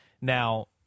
Now